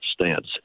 stance